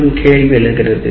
எனும் கேள்வி எழுகிறது